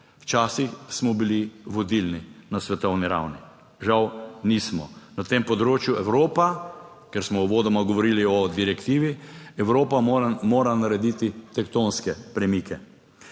Včasih smo bili vodilni na svetovni ravni, žal nismo na tem področju. Evropa, ker smo uvodoma govorili o direktivi, mora narediti tektonske premike.